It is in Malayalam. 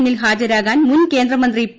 മുന്നിൽ ഹാജരാകാൻ മുൻ കേന്ദ്രമന്ത്രി പി